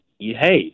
hey